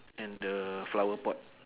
and the flower pot